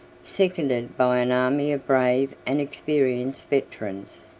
seconded by an army of brave and experienced veterans,